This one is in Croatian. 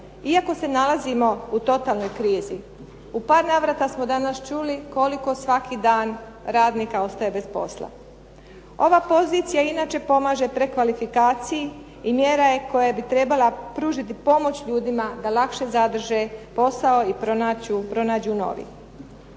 iako se nalazimo u totalnoj krizi. U par navrata smo danas čuli koliko svaki dan radnika ostaje bez posla. Ova pozicija inače pomaže prekvalifikaciji i mjera koja bi trebala pružiti pomoć ljudima da lakše zadrže posao i pronađu novi.